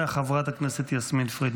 חברת הכנסת יסמין פרידמן.